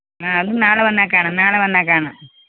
ആ അത് നാളെ വന്നാൽ കാണാം നാളെ വന്നാൽ കാണാം